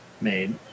made